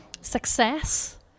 Success